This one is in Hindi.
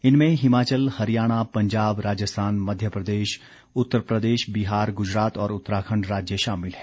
इनमें हिमाचल हरियाणा पंजाब राजस्थान मध्यप्रदेश उत्तर प्रदेश बिहार गुजरात और उत्तराखण्ड राज्य शामिल हैं